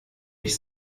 ich